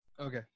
Okay